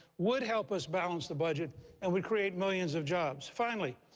would help us balance the budget and would create millions of jobs. finally,